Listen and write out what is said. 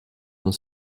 dans